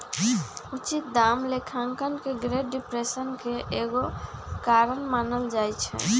उचित दाम लेखांकन के ग्रेट डिप्रेशन के एगो कारण मानल जाइ छइ